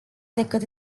decât